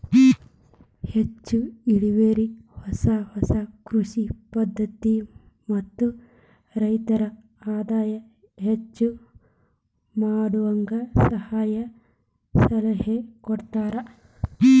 ಹೆಚ್ಚು ಇಳುವರಿ ಹೊಸ ಹೊಸ ಕೃಷಿ ಪದ್ಧತಿ ಮತ್ತ ರೈತರ ಆದಾಯ ಹೆಚ್ಚ ಮಾಡುವಂಗ ಸಹಾಯ ಸಲಹೆ ಕೊಡತಾರ